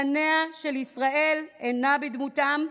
פניה של ישראל אינם בדמותם,